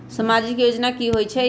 समाजिक योजना की होई छई?